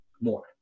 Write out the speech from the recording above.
more